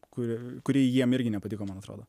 kuri kuri jiem irgi nepatiko man atrodo